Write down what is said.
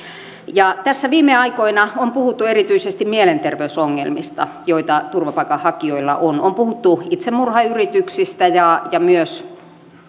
ja tässä viime aikoina on puhuttu erityisesti mielenterveysongelmista joita turvapaikanhakijoilla on on puhuttu itsemurhayrityksistä ja myös